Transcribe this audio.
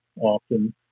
often